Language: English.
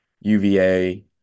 UVA